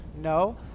no